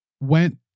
went